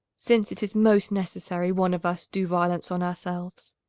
since it is most necessary one of us do violence on ourselves,